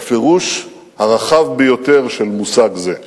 בפירוש הרחב ביותר של מושג זה.